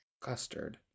custard